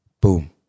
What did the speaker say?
Boom